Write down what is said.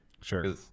Sure